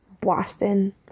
Boston